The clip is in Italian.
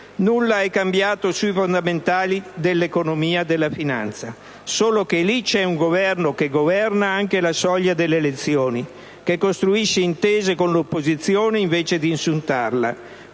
Nulla è cambiato sui fondamentali dell'economia e della finanza, solo che lì c'è un Governo che governa anche alla soglia delle elezioni e che costruisce intese con l'opposizione, invece di insultarla.